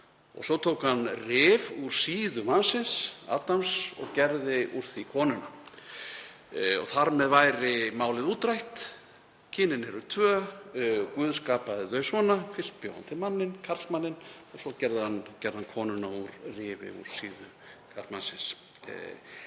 og svo tók hann rif úr síðu mannsins Adams og gerði úr því konuna. Þar með væri málið útrætt. Kynin eru tvö, guð skapaði þau svona, fyrst bjó hann til karlmanninn og svo gerði hann konu úr rifi úr síðu karlmannsins.